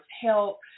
help